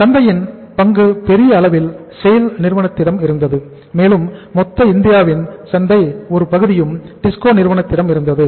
சந்தையின் பங்கு பெரிய அளவில் SAIL நிறுவனத்திடம் இருந்தது மேலும் மொத்த இந்தியாவின் சந்தையின் ஒரு பகுதியும் TISCO நிறுவனத்திடம் இருந்தது